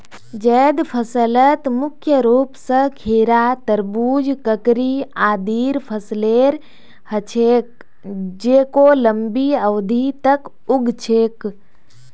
जैद फसलत मुख्य रूप स खीरा, तरबूज, ककड़ी आदिर फसलेर ह छेक जेको लंबी अवधि तक उग छेक